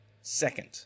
Second